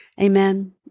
Amen